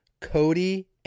Cody